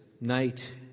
night